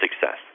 success